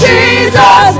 Jesus